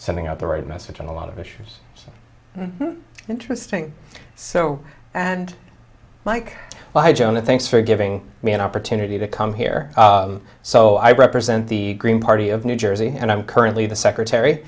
sending out the right message on a lot of issues so interesting so and mike by jonah thanks for giving me an opportunity to come here so i represent the green party of new jersey and i'm currently the secretary